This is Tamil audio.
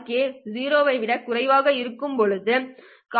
கே 0 ஐ விடக் குறைவாக இருக்கும்போது இருக்கும்